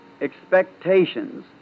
expectations